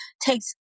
takes